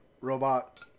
robot